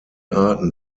arten